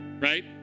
right